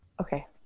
Okay